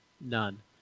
None